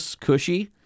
cushy